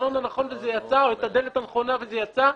החלון הנכון וזה יצא או את הדלת הנכונה וזה יצא,